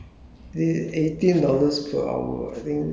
then I saw the link oh